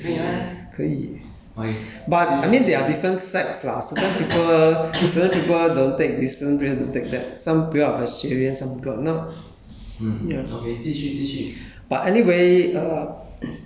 可以可以 buddhist 可以吃什么肉都可以吃 eh 可以 but I mean there are different sides lah certain people certain people don't take this some don't take that some people are vegetarian some people are not